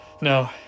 No